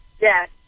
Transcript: Yes